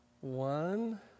One